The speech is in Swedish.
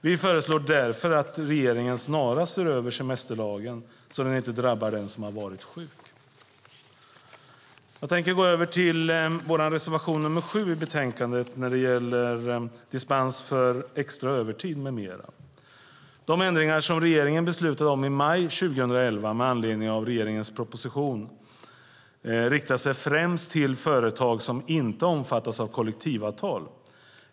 Vi föreslår därför att regeringen snarast ser över semesterlagen så att den som har varit sjuk inte drabbas. Vår reservation nr 7 i betänkandet gäller dispens för extra övertid med mera. De ändringar som riksdagen beslutade om i maj 2011 med anledning av regeringens proposition riktar sig främst till företag som inte omfattas av kollektivavtal.